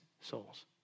souls